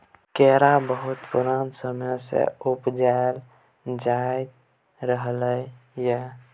केरा बहुत पुरान समय सँ उपजाएल जाइत रहलै यै